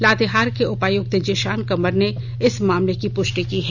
लातेहार के उपायुक्त जिशान कमर ने इस मामले की पुष्टि की है